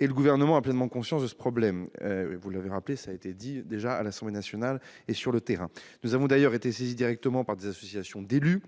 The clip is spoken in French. Le Gouvernement a pleinement conscience de ce problème, qui a déjà été soulevé à l'Assemblée nationale et sur le terrain. Nous avons d'ailleurs été saisis directement par des associations d'élus